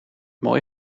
mooi